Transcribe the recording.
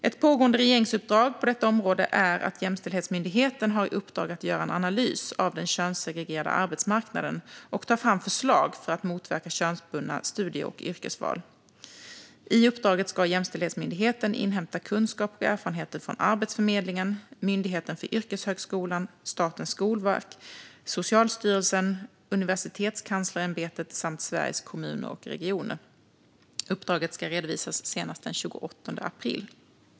Ett pågående regeringsuppdrag på detta område är att Jämställhetsmyndigheten har i uppdrag att göra en analys av den könssegregerade arbetsmarknaden och ta fram förslag för att motverka könsbundna studie och yrkesval. I uppdraget ska Jämställdhetsmyndigheten inhämta kunskap och erfarenheter från Arbetsförmedlingen, Myndigheten för yrkeshögskolan, Statens skolverk, Socialstyrelsen, Universitetskanslersämbetet samt Sveriges Kommuner och Regioner. Uppdraget ska redovisas senast den 28 april.